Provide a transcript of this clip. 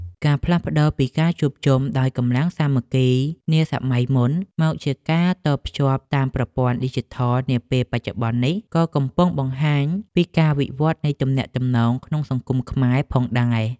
ការផ្លាស់ប្តូរពីការជួបជុំដោយកម្លាំងសាមគ្គីនាសម័យមុនមកជាការតភ្ជាប់តាមប្រព័ន្ធឌីជីថលនាពេលបច្ចុប្បន្ននេះ ក៏កំពុងបង្ហាញពីការវិវត្តនៃទំនាក់ទំនងក្នុងសង្គមខ្មែរផងដែរ។